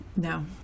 No